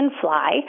fly